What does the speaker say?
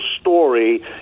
story